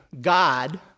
God